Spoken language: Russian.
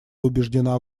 убеждена